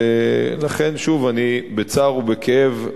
לכן, בצער ובכאב,